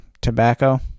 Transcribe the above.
tobacco